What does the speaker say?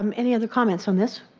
um any other comments on this?